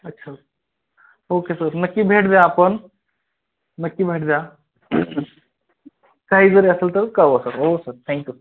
अच्छा okay sir नक्की भेट द्या आपण नक्की भेट द्या काही जरी असेल तर कळवा हो सर थँक्यू